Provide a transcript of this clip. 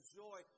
joy